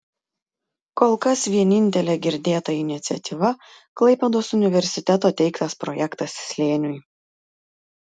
kol kas vienintelė girdėta iniciatyva klaipėdos universiteto teiktas projektas slėniui